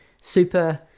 super